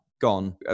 gone